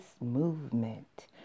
movement